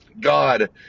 God